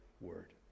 word